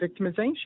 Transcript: victimization